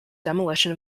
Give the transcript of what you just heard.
demolition